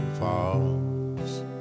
Falls